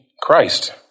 Christ